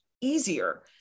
easier